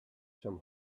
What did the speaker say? some